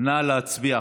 נא להצביע.